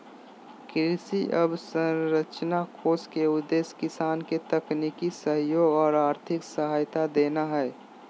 कृषि अवसंरचना कोष के उद्देश्य किसान के तकनीकी सहयोग आर आर्थिक सहायता देना हई